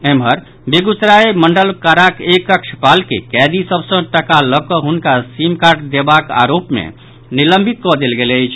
एम्हर बेगूसरायक मंडल काराक एक कक्षपाल के कैदी सभ सँ टाका लऽ कऽ हुनका सिमकार्ड देबाक आरोप मे निलंबित कऽ देल गेल अछि